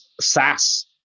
SaaS